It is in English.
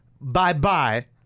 Bye-bye